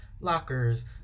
lockers